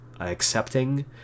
accepting